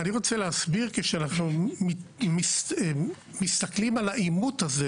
אני רוצה להסביר שאם מסתכלים על העימות הזה